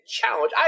challenge